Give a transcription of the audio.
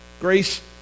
Grace